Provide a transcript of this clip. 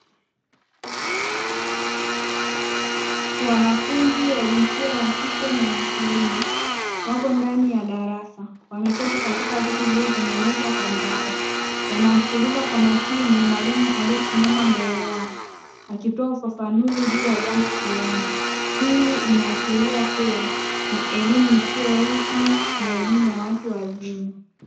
Wanafunzi wa jinsia ya kike na kiume wako ndani ya darasa wameketi katika viti vilivyo tengenezwa kwa mbao wanamsikiliza kwa makini mwalimu aliyesimama mbele yao akitoa ufafanuzi juu ya jambo fulani. Hii inaashiria kuwa ni elimu isiyo rasmi na elimu ya watu wazima.